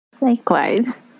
Likewise